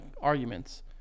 arguments